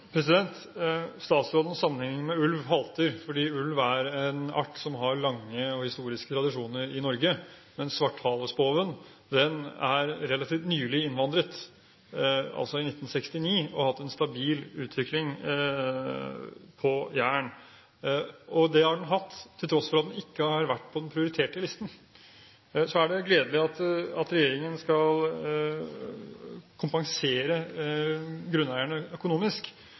med ulv halter, fordi ulv er en art som har lange og historiske tradisjoner i Norge, mens svarthalespoven er relativt nylig innvandret – i 1969 – og har hatt en stabil utvikling på Jæren. Det har den hatt, til tross for at den ikke har vært på den prioriterte listen. Så er det gledelig at regjeringen skal kompensere grunneierne økonomisk.